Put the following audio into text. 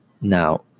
Now